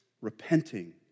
repenting